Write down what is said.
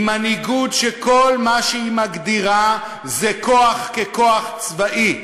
עם מנהיגות שכל מה שהיא מגדירה זה כוח ככוח צבאי,